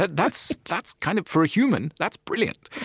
but that's that's kind of for a human, that's brilliant.